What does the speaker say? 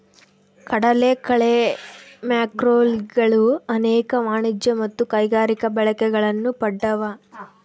ಕಡಲಕಳೆ ಮ್ಯಾಕ್ರೋಲ್ಗೆಗಳು ಅನೇಕ ವಾಣಿಜ್ಯ ಮತ್ತು ಕೈಗಾರಿಕಾ ಬಳಕೆಗಳನ್ನು ಪಡ್ದವ